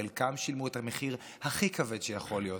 חלקם שילמו את המחיר הכי כבד שיכול להיות,